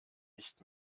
nicht